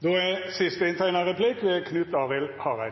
velferden.